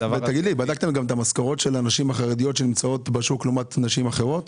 בדקתם את המשכורות של הנשים החרדיות שנמצאות בשוק לעומת נשים אחרות?